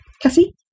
Cassie